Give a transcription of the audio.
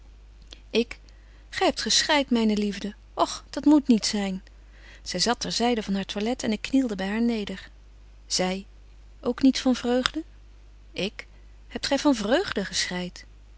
ik gy hebt geschreit myne liefde och dat moet niet zyn zy zat ter zyden van haar toilet en ik knielde by haar neder zy ook niet van vreugde ik hebt gy van vreugde geschreit